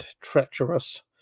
treacherous